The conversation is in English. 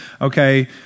Okay